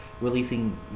releasing